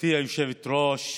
גברתי היושבת-ראש,